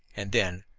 and then,